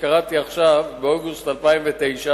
שקראתי עכשיו,